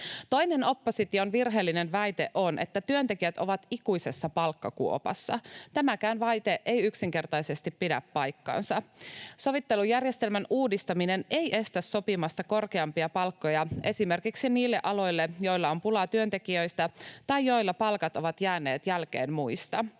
Toinen opposition virheellinen väite on, että työntekijät ovat ikuisessa palkkakuopassa. Tämäkään väite ei yksinkertaisesti pidä paikkaansa. Sovittelujärjestelmän uudistaminen ei estä sopimasta korkeampia palkkoja esimerkiksi niille aloille, joilla on pulaa työntekijöistä tai joilla palkat ovat jääneet jälkeen muista.